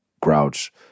Grouch